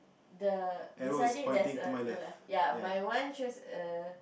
the beside it there's a the left ya my one shows err